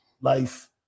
life